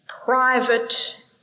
private